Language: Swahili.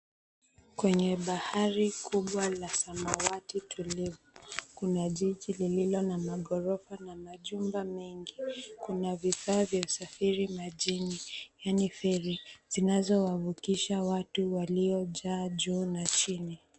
Kwenye bahari kubwa la samawati tulivu, kuna jiji lililo na magorofa na majumba mengi. Kuna vifaa vya usafiri majini, yaani feri, zinazowavukisha watu waliojaa juu na chini.